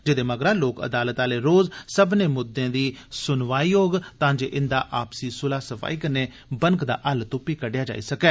जेदे मगरा लोक अदालत आले रोज सब्बनें मुद्दें दी सुनवाई होग तां जे इंदा आपसी सुलह सफाई कन्ने कोई बनकदा हल तुप्पी कड्डेआ जाई सकै